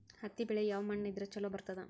ಹತ್ತಿ ಬೆಳಿ ಯಾವ ಮಣ್ಣ ಇದ್ರ ಛಲೋ ಬರ್ತದ?